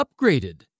upgraded